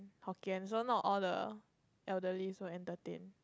Hokkien so not all the elderlies were entertained